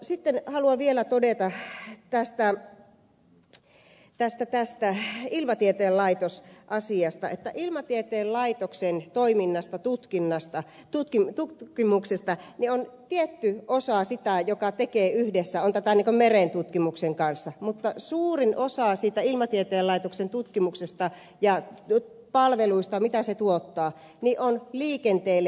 sitten haluan vielä todeta että ilmatieteen laitoksen toiminnasta ja tutkimuksesta on tietty osa sitä mitä tehdään yhdessä merentutkimuksen kanssa mutta suurin osa ilmatieteen laitoksen tuottamista palveluista ja tutkimuksesta on liikenteelle tehtävää